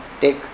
take